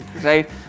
Right